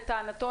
לטענתו,